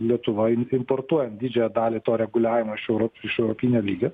lietuvoj mes importuojam didžiąją dalį to reguliavimo iš europ iš europinio lygio